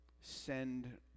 Send